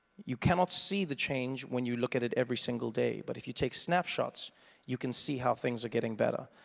you cannot see the change when you look at it every single day but if you take snapshots you can see how things are getting better.